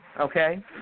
okay